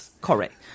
Correct